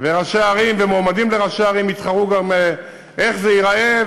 וראשי ערים ומועמדים ראשי ערים התחרו גם איך זה ייראה,